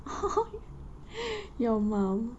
your mum